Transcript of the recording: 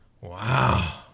Wow